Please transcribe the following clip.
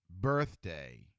birthday